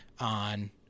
on